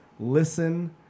listen